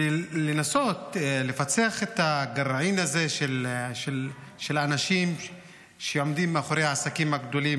לנסות לפצח את הגרעין הזה של האנשים שעומדים מאחורי העסקים הגדולים,